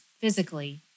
physically